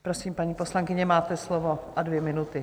Prosím, paní poslankyně, máte slovo a dvě minuty.